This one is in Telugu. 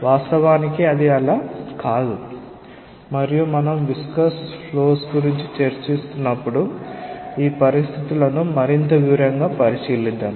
వాస్తవానికి అది అలా కాదు మరియు మనం విస్కస్ ఫ్లోస్ గురించి చర్చిస్తున్నప్పుడు ఈ పరిస్థితులను మరింత వివరంగా పరిశీలిస్తాము